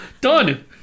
Done